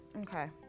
okay